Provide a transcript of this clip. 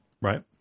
Right